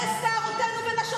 חשבתי שהיא תתנצל על